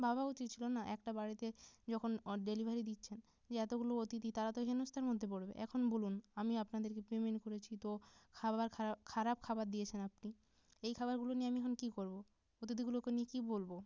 ভাবা উচিত ছিলো না একটা বাড়িতে যখন ও ডেলিভারি দিচ্ছেন যে এতগুলো অতিথি তারা তো হেনস্থার মধ্যে পড়বে এখন বলুন আমি আপনাদেরকে পেমেন্ট করেছি তো খাবার খারাপ খারাপ খাবার দিয়েছেন আপনি এই খাবারগুলো নিয়ে আমি এখন কি করবো অতিথিগুলোকে নিয়ে কি বলবো